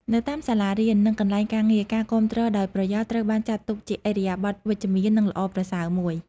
នៅតាមសាលារៀន និងកន្លែងការងារ ការគាំទ្រដោយប្រយោលត្រូវបានចាត់ទុកជាឥរិយាបថវិជ្ជមាន និងល្អប្រសើរមួយ។